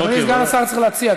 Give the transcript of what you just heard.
אדוני סגן השר צריך להציע,